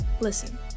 listen